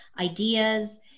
ideas